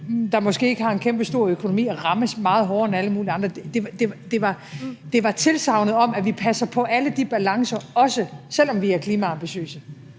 der måske ikke har en kæmpestor økonomi, rammes meget hårdere end alle mulige andre. Det var tilsagnet om, at vi passer på alle de balancer, også selv om vi er klimaambitiøse.